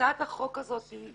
הצעת החוק הזאת גם